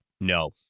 No